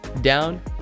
down